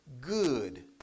Good